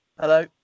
Hello